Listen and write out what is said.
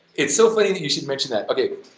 it's so funny that you should mention that, okay.